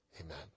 Amen